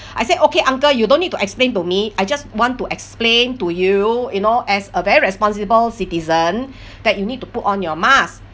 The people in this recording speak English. I said okay uncle you don't need to explain to me I just want to explain to you you know as a very responsible citizen that you need to put on your mask